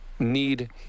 need